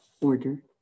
order